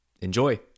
Enjoy